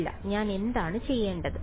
ഇല്ല ഞാൻ എന്താണ് ചെയ്യേണ്ടത്